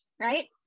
right